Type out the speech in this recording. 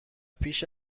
پیش